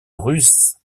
russes